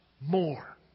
more